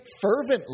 fervently